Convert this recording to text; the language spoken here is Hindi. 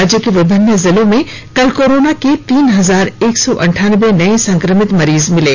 राज्य के विभिन्न जिलों में कल कोरोना के तीन हजार एक सौ अंठानबे नए संक्रमित मरीज मिले